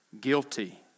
guilty